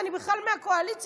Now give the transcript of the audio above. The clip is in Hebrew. ואני בכלל מהקואליציה,